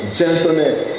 gentleness